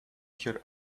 her